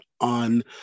on